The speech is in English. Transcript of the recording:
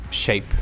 Shape